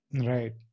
Right